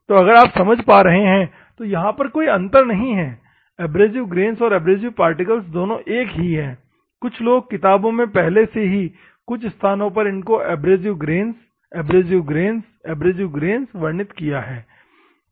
तो अगर आप समझ पा रहे हैं तो यहां पर कोई अंतर नहीं है एब्रेसिव ग्रेन्स और एब्रेसिव पार्टिकल्स दोनों एक ही है कुछ लोग किताबों में पहले से ही कुछ स्थानों पर इसको abrasive grains abrasive grains abrasive grains वर्णित किया है